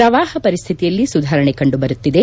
ಪ್ರವಾಪ ಪರಿಸ್ನಿತಿಯಲ್ಲಿ ಸುಧಾರಣೆ ಕಂಡುಬರುತ್ತಿದೆ